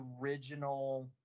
original